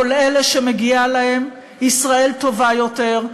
כל אלה שמגיע להם ישראל טובה יותר,